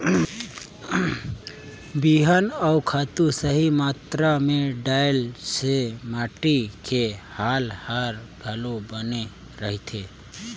बिहान अउ खातू सही मातरा मे डलाए से माटी के हाल हर घलो बने रहथे